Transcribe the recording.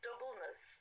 Doubleness